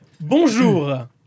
bonjour